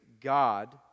God